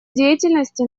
деятельности